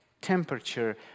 temperature